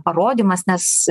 parodymas nes